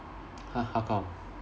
!huh! how come